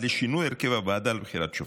ועד לשינוי הרכב הוועדה לבחירת שופטים.